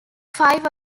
five